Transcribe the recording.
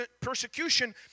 persecution